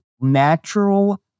natural